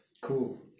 Cool